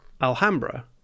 Alhambra